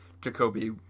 Jacoby